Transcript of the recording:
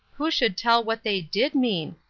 who should tell what they did mean?